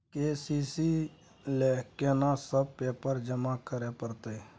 KCC ल केना सब पेपर जमा करै परतै?